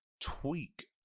tweak